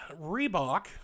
Reebok